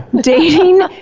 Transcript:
dating